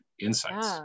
insights